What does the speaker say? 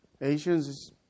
Asians